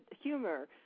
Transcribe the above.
humor